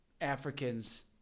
Africans